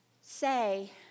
say